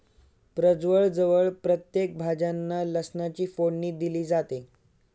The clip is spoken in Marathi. प्रजवळ जवळ प्रत्येक भाज्यांना लसणाची फोडणी दिली जाते